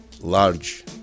large